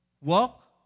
Walk